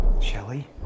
Shelly